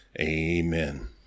amen